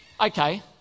okay